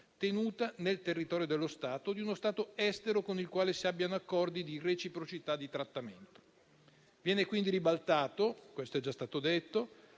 tenuta nel territorio dello Stato o di uno Stato estero con il quale si abbiano accordi di reciprocità di trattamento. Come già è stato detto,